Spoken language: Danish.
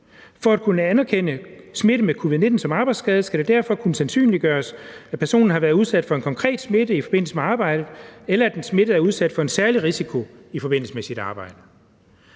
For at kunne anerkende smitte med COVID-19 som arbejdsskade, skal det derfor kunne sandsynliggøres, at personen har været udsat for en konkret smitte i forbindelse med arbejdet, eller at den smittede er udsat for en særlig risiko i forbindelse med sit arbejde.«